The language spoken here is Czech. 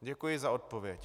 Děkuji za odpověď.